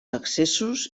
accessos